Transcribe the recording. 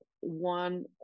one